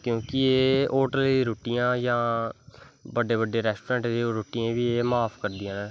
क्योंकि एह् होटलें दी रुट्टियां जां बड्डे बड्डे रैस्टोरैंट दी रुट्टियें गी बी एह् माफ करदियां न